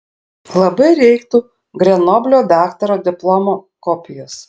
labai reiktų grenoblio daktaro diplomo kopijos